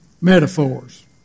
metaphors